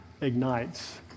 ignites